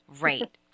Right